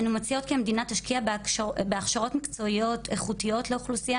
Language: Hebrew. אנו מציעות שהמדינה תשקיע בהכשרות מקצועיות איכותיות לאוכלוסייה